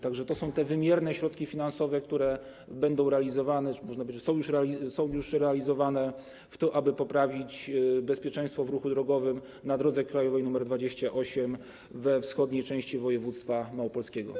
Tak że to są te wymierne środki finansowe, które będą realizowane, można powiedzieć, że są już realizowane, po to, aby poprawić bezpieczeństwo w ruchu drogowym na drodze krajowej nr 28 we wschodniej części województwa małopolskiego.